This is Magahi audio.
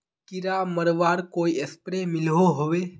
कीड़ा मरवार कोई स्प्रे मिलोहो होबे?